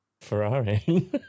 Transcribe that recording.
Ferrari